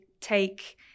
take